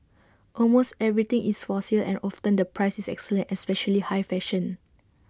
almost everything is for sale and often the price is excellent especially high fashion